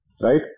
right